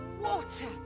water